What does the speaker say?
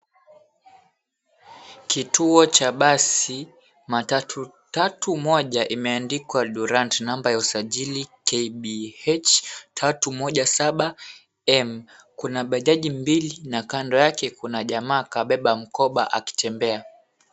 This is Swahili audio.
Kituo cha basi matatu tatu, moja imeandikwa Durant, namba ya usajili KBH 317M. Kuna bajaji mbili na kando yake kuna jamaa kabeba mkoba akitembea.